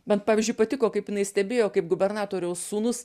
man pavyzdžiui patiko kaip jinai stebėjo kaip gubernatoriaus sūnus